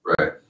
Right